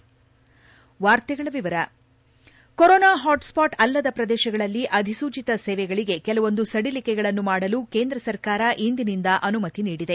head corona hotspot ಅಲ್ಲದ ಪ್ರದೇಶಗಳಲ್ಲಿ ಅಧಿಸೂಚಿತ ಸೇವೆಗಳಿಗೆ ಕೆಲವೊಂದು ಸಡಿಲಿಕೆಗಳನ್ನು ಮಾಡಲು ಕೇಂದ್ರ ಸರ್ಕಾರ ಇಂದಿನಿಂದ ಅನುಮತಿ ನೀಡಲಿದೆ